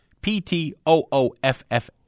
p-t-o-o-f-f